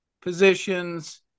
positions